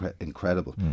incredible